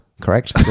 correct